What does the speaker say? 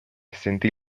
sentì